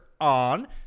on